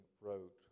wrote